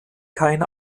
kein